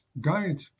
guide